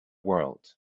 world